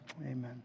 Amen